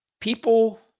People